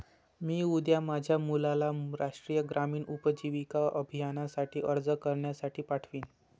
मी उद्या माझ्या मुलाला राष्ट्रीय ग्रामीण उपजीविका अभियानासाठी अर्ज करण्यासाठी पाठवीन